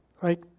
right